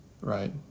right